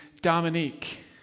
Dominique